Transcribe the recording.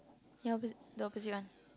ya opposite the opposite one